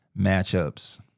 matchups